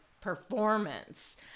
performance